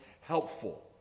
helpful